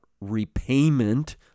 repayment